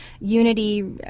unity